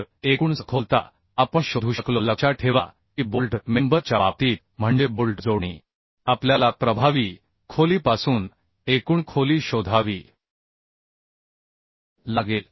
तर एकूण सखोलता आपण शोधू शकलो लक्षात ठेवा की बोल्ट मेंबर च्या बाबतीत म्हणजे बोल्ट जोडणी आपल्याला प्रभावी खोलीपासून एकूण खोली शोधावी लागेल